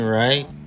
right